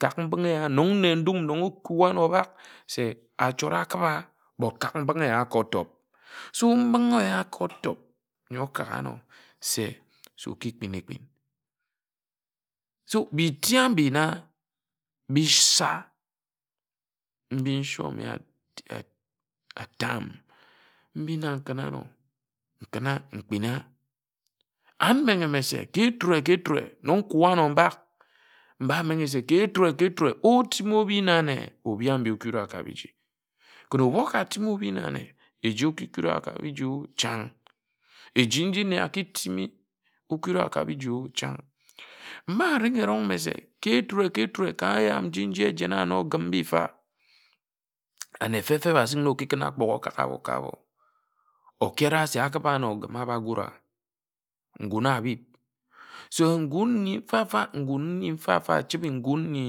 Kak mbinghe ēya nok nne ndum nnon okwa ano obak se achort akiba but kak mbinghe eya ka ōtọp sum mbinghe aya ka oto̠p n̄yi aka ka ano se oki kpin ekpin so kpe iti mbina kpe is a mbi nshome ata am mbi na nkun àno nkun̄a mkpin̄a amenghe me se keture-keture nnon n̄kwa áno mbak mba. enghe se keture-keture otimi obhi na nne obhi abi okura ka biji ken ye oka timi obhi na nne ejum eki kid a ka biji o chan mba ringhi eron̄g me se keture-keture ka éya nji nji ejena ano ōgim mbimfa ane feb-feb asik na oki kun ágbuk okak ga oba ka abo okere se abāk āno okim āba gura ngun̄ ābib so ngun nyi mfa-mfa ngun̄ nji mfa-mfa echibe ngun nyi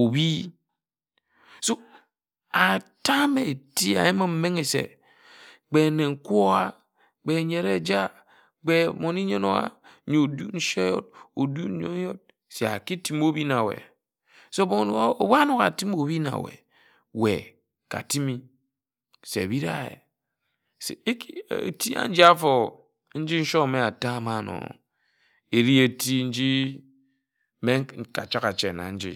obhi so atame-eti eyim me menghe se kpe nne nkwá kpe nyen eja kpe mmone nyen owa n̄yo ōdūn nshe wod odun nyen yot se aki timi obhi na weh se ebu ánok atimi óbhi na weh weh katimi se bira ye se eti aji āfo nji nshome ata ma áno eri eti nji mme nka chabha-ache na nji.